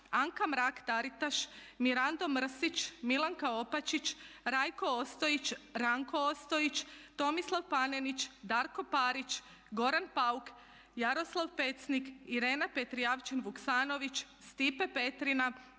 Anka Mrak Taritaš, Mirando Mrsić, Milanka Opačić, Rajko Ostojić, Ranko Ostojić, Tomislav Panenić, Darko Parić, Goran Pauk, Jaroslav Pecnik, Irena Petrijevčanin Vuksanović, Stipe Petrina,